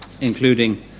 including